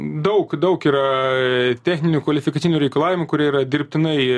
daug daug yra techninių kvalifikacinių reikalavimų kurie yra dirbtinai